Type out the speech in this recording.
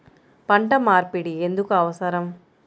పంట మార్పిడి ఎందుకు అవసరం?